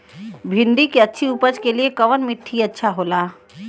भिंडी की अच्छी उपज के लिए कवन मिट्टी अच्छा होला?